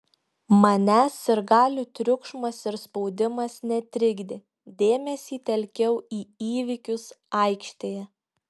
manęs sirgalių triukšmas ir spaudimas netrikdė dėmesį telkiau į įvykius aikštėje